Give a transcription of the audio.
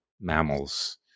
mammals